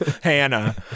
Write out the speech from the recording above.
Hannah